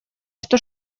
что